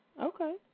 Okay